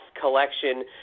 collection